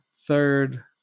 third